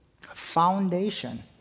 foundation